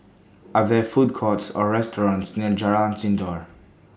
Are There Food Courts Or restaurants near Jalan Sindor